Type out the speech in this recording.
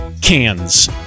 cans